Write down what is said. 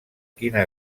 quina